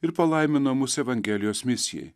ir palaimino mus evangelijos misijai